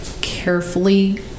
carefully